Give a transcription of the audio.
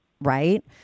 right